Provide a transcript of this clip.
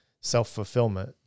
self-fulfillment